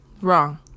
Wrong